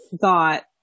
thought